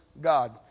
God